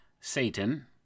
Satan